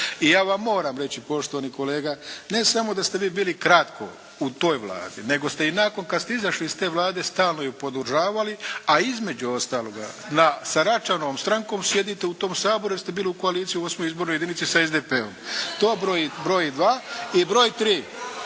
I ja vam moram reći poštovani kolega, ne samo da ste vi bili kratko u toj Vladi nego ste i nakon kad ste izašli iz te Vlade stalno ju podržavali, a između ostaloga na, sa Račanovom strankom sjedite u tom Saboru jer ste bili u koaliciji u osmoj izbornoj jedinici sa SDP-om. To je broj dva. I broj tri.